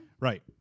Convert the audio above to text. Right